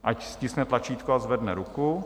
Ať stiskne tlačítko a zvedne ruku.